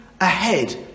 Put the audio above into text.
ahead